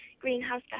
greenhouse